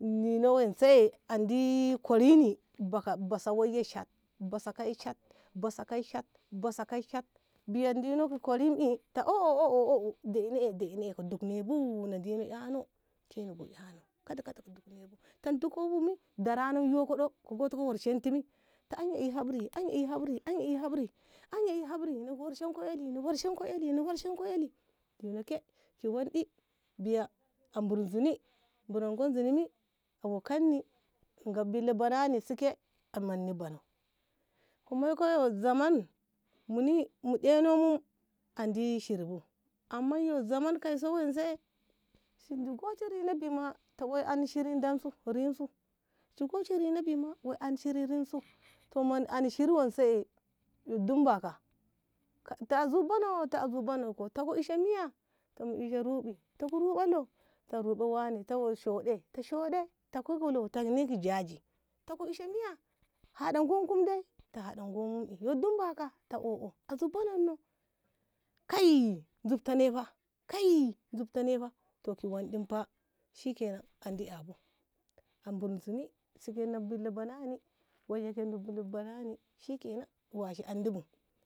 nine wonse andi ki kori ni baka basa woi shat a basa kai shat basa kai shat basa kai shat biya dino ki kori ta oh oh oh oh oh oh ko dei ne ko duk ne'e buna dino ƙano ke ne go ƙano kada kada ko duk ne'e bu ta in duk koi mi darano yoko ɗo ko goko worshenti mi ta anya e hafri anya e hafri anya e hafri anya e hafri ni worshenko eli ni worshenko eli ni worshenko eli dino ke ki wonde biya abur zuni buranko zuni mi hawok kanni ngab billa banani si ke a manni banoh ko moiko yo zaman muni mu ɗeino andi shiri bu amma yo zaman kaiso wonse na goshi rina bin ma ta ana shiri rino shi goshi rina bin ma ta ana shiri rinsu toh ana shiri wonse dumbaka ta a zuk banoh ta a zuk banoh ta ku ishe miya ta mu ishe ruɗi ta ku ruɓa lo ta ruɓa wane ta woi shoɗe ta shoɗe ta koi ki lo ta ne ki jaji ta ko ishe miya haɗa ngonku dai ta haɗa ngom'e yo dumbaka a zuk bananoh kai zubta ne fa kai zubti ne fa toh ki wonɗef fa shikenan andi yaɓu a bar zunu si ke nami billa banani woiye ke du billa banani shikenan washi andi bu